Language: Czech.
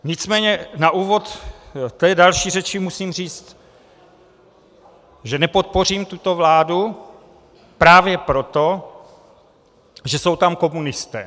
Nicméně na úvod v té další řeči musím říct, že nepodpořím tuto vládu právě proto, že jsou tam komunisté.